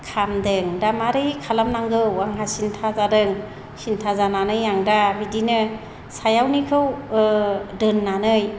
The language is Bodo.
खामदों दा मारै खालामनांगौ आंहा सिन्था जादों सिन्था जानानै आं दा बिदिनो सायावनिखौ दोननानै